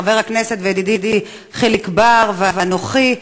חבר הכנסת וידידי חיליק בר ואנוכי,